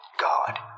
god